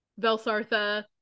Velsartha